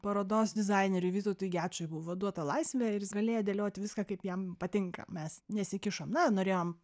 parodos dizainerių vytautui gečui buvo duota laisvė ir jis galėjo dėliot viską kaip jam patinka mes nesikišom na norėjom